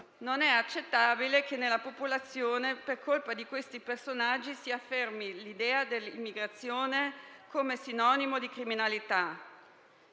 Non è accettabile che nella popolazione, per colpa di tali personaggi, si affermi l'idea dell'immigrazione come sinonimo di criminalità,